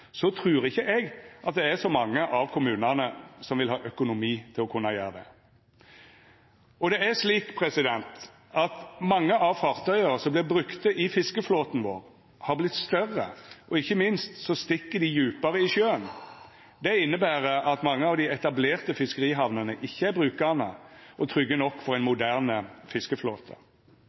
så mange av kommunane som vil ha økonomi til å gjera det. Det er slik at mange av fartøya som vert brukte i fiskeflåten vår, har vorte større, og ikkje minst stikk dei djupare i sjøen. Det inneber at mange av dei etablerte fiskerihamnene ikkje er brukande og trygge nok for ein moderne fiskeflåte.